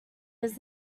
was